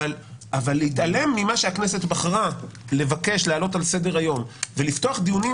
אבל להתעלם ממה שהכנסת בחרה לבקש להעלות על סדר-היום ולפתוח דיונים